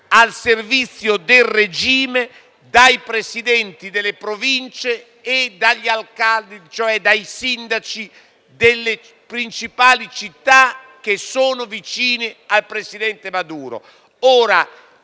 al servizio del regime, dai presidenti delle province e dagli *alcalde*, cioè dai sindaci delle principali città, che sono vicini al presidente Maduro.